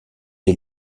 des